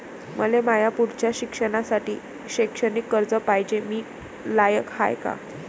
मले माया पुढच्या शिक्षणासाठी शैक्षणिक कर्ज पायजे, मी लायक हाय का?